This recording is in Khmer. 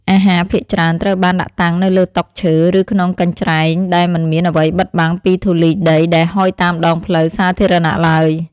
អាហារភាគច្រើនត្រូវបានដាក់តាំងនៅលើតុឈើ ឬក្នុងកញ្ច្រែងដែលមិនមានអ្វីបិទបាំងពីធូលីដីដែលហុយតាមដងផ្លូវសាធារណៈឡើយ។